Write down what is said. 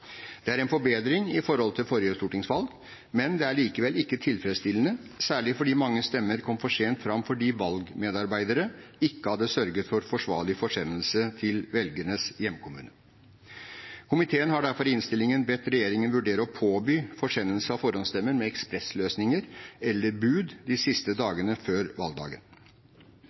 Det er en forbedring i forhold til forrige stortingsvalg, men det er likevel ikke tilfredsstillende, særlig fordi mange stemmer kom for sent fram fordi valgmedarbeidere ikke hadde sørget for forsvarlig forsendelse til velgerens hjemkommune. Komiteen har derfor i innstillingen bedt regjeringen vurdere å påby forsendelse av forhåndsstemmer med ekspressløsninger eller bud de siste dagene før valgdagen.